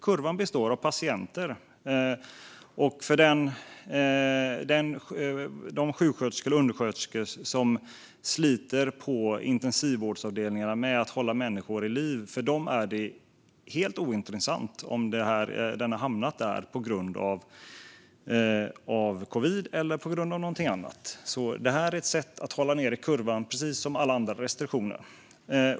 Kurvan består av patienter, och för de sjuksköterskor och undersköterskor som sliter på intensivvårdsavdelningarna med att hålla människor vid liv är det helt ointressant om patienten har hamnat där på grund av covid eller på grund av någonting annat. Det här är ett sätt att hålla nere kurvan, precis som alla andra restriktioner.